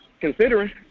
considering